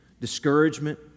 discouragement